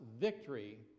victory